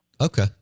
Okay